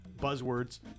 buzzwords